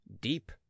deep